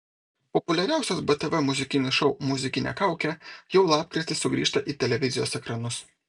populiariausias btv muzikinis šou muzikinė kaukė jau lapkritį sugrįžta į televizijos ekranus